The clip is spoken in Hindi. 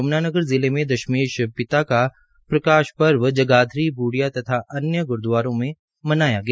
यम्ना नगर जिले में दशमेश पिता का प्रकाश पर्व जगाधरी बुडिया तथा अन्य गुरूदवारों में मनाया गया